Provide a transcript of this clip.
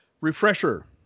refresher